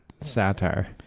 satire